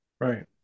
Right